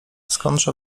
skądże